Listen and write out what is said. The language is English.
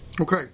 Okay